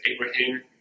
Abraham